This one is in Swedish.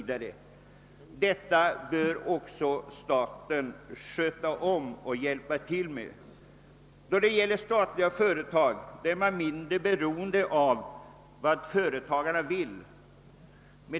Allt detta bör staten också hjälpa till med. Då det gäller statliga företag är man mindre beroende av förtagarnas tänkande.